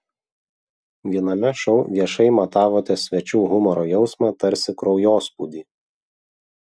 viename šou viešai matavote svečių humoro jausmą tarsi kraujospūdį